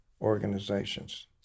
organizations